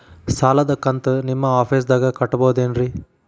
ಸಾಲದ ಕಂತು ನಿಮ್ಮ ಆಫೇಸ್ದಾಗ ಕಟ್ಟಬಹುದೇನ್ರಿ?